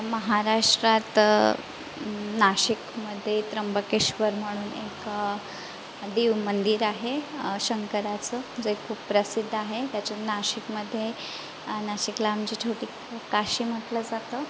महाराष्ट्रात नाशिकमध्ये त्र्यंबकेश्वर म्हणून एक देव मंदिर आहे शंकराचं जे खूप प्रसिद्ध आहे त्याच्यात नाशिकमध्ये नाशिकला आमची छोटी काशी म्हटलं जातं